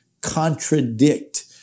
contradict